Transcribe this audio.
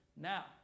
now